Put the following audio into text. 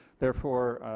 therefore